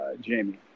Jamie